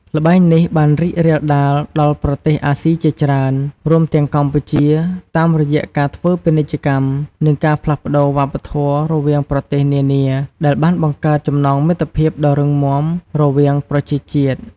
ល្បែងនេះបានរីករាលដាលដល់ប្រទេសអាស៊ីជាច្រើន រួមទាំងកម្ពុជា តាមរយៈការធ្វើពាណិជ្ជកម្ម និងការផ្លាស់ប្តូរវប្បធម៌រវាងប្រទេសនានា ដែលបានបង្កើតចំណងមិត្តភាពដ៏រឹងមាំរវាងប្រជាជាតិ។